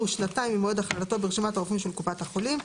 שנתיים ממועד הכללתו ברשימת הרופאים של קופת החולים."